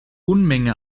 unmenge